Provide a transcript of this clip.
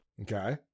Okay